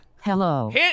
Hello